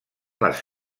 les